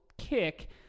kick